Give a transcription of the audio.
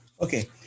Okay